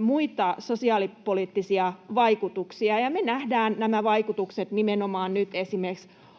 muita sosiaalipoliittisia vaikutuksia. Me nähdään nämä vaikutukset nimenomaan nyt esimerkiksi